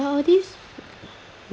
well this